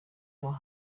your